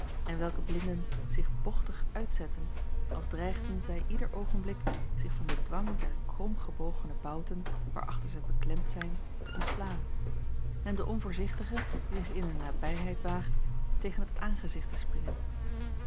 en welke blinden zich bochtig uitzetten als dreigden zij ieder oogenblik zich van den dwang der kromgebogene bouten waarachter zij beklemd zijn te ontslaan en den onvoorzichtige die zich in hun nabijheid waagt tegen t aangezicht te springen